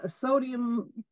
sodium